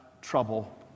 trouble